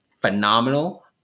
phenomenal